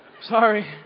sorry